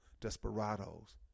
desperados